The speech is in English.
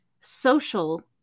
social